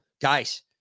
Guys